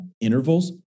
intervals